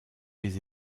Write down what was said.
les